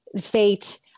fate